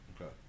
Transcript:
Okay